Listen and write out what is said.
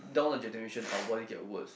down the generation our body get worse